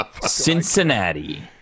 Cincinnati